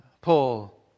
Paul